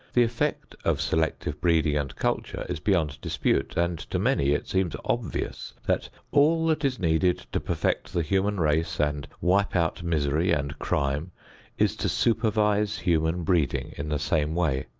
the effect of selective breeding and culture is beyond dispute, and to many it seems obvious that all that is needed to perfect the human race and wipe out misery and crime is to supervise human breeding in the same way,